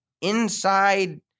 inside